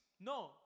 No